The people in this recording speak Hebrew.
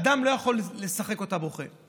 אדם לא יכול לשחק אותה בוכה.